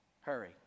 Hurry